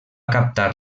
captar